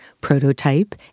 prototype